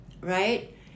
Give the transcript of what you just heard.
right